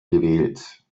gewählt